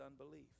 unbelief